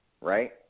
right